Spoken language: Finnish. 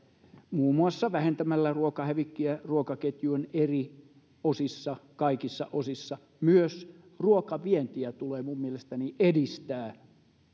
muun muassa vähentämällä ruokahävikkiä ruokaketjun eri osissa kaikissa osissa myös ruokavientiä tulee minun mielestäni edistää